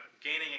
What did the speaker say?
gaining